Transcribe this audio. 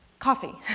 coffee.